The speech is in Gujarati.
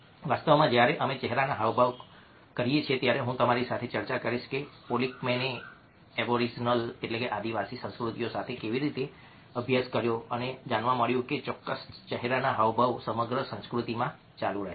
વાસ્તવમાં જ્યારે અમે ચહેરાના હાવભાવ કરીએ છીએ ત્યારે હું તમારી સાથે ચર્ચા કરીશ કે પોલિકમેને એબોરિજિનલઆદિવાસીસંસ્કૃતિઓ સાથે કેવી રીતે અભ્યાસ કર્યો અને જાણવા મળ્યું કે ચોક્કસ ચહેરાના હાવભાવ સમગ્ર સંસ્કૃતિમાં ચાલુ રહે છે